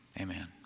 amen